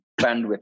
bandwidth